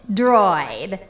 droid